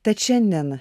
tad šiandien